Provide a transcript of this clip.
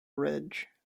ridge